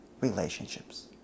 relationships